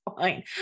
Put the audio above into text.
fine